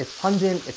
ah pungent,